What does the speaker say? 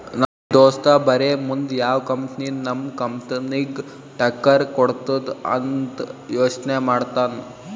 ನಮ್ ದೋಸ್ತ ಬರೇ ಮುಂದ್ ಯಾವ್ ಕಂಪನಿ ನಮ್ ಕಂಪನಿಗ್ ಟಕ್ಕರ್ ಕೊಡ್ತುದ್ ಅಂತ್ ಯೋಚ್ನೆ ಮಾಡ್ತಾನ್